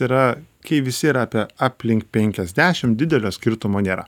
yra kai visi yra apie aplink penkiasdešim didelio skirtumo nėra